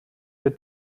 der